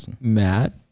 Matt